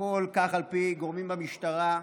הכול, כך על פי גורמים במשטרה,